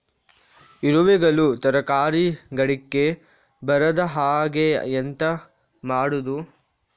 ಇರುವೆಗಳು ತರಕಾರಿ ಗಿಡಕ್ಕೆ ಬರದ ಹಾಗೆ ಎಂತ ಮಾಡುದು?